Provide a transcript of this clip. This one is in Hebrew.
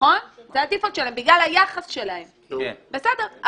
בגלל היחס שלהם, בסדר.